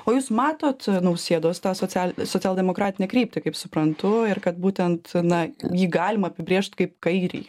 o jūs matot nausėdos tą social socialdemokratinę kryptį kaip suprantu ir kad būtent na jį galima apibrėžt kaip kairį